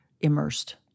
immersed